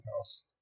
House